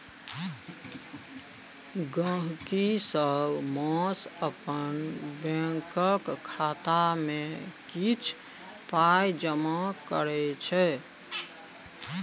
गहिंकी सब मास अपन बैंकक खाता मे किछ पाइ जमा करै छै